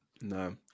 no